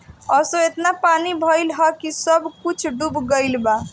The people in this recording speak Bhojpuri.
असो एतना पानी भइल हअ की सब कुछ डूब गईल बा